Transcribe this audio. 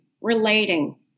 relating